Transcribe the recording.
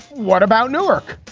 what about newark,